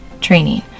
training